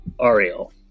Ariel